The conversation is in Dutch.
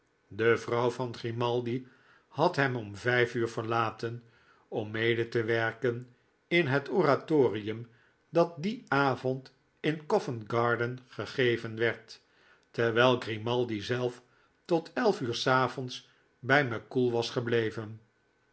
de vrouw van grimaldi had hem om uur verlaten om mede te werken in het oratorium dat dien avond in govent garden gegeven werd terwijl grimaldi zelf tot elf uur s avonds bij mackoull was gebleven